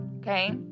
Okay